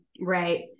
right